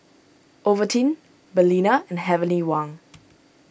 Ovaltine Balina and Heavenly Wang